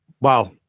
wow